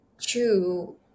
two